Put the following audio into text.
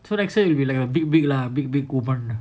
so next year it'll be like a big big lah big big coupon lah